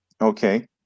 Okay